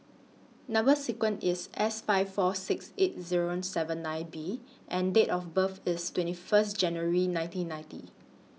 Number sequence IS S five four six eight Zero seven nine B and Date of birth IS twenty First January nineteen ninety